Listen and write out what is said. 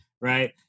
Right